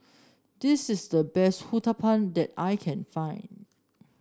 this is the best Uthapam that I can find